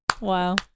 Wow